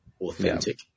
authentic